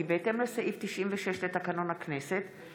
כי בהתאם לסעיף 96 לתקנון הכנסת,